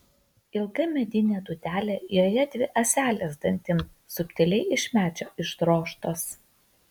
ilga medinė dūdelė joje dvi ąselės dantims subtiliai iš medžio išdrožtos